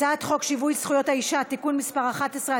הצעת חוק שיווי זכויות האישה (תיקון מס' 11),